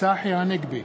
צחי הנגבי,